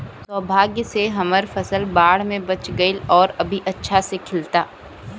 सौभाग्य से हमर फसल बाढ़ में बच गइल आउर अभी अच्छा से खिलता